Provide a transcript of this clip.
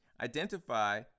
Identify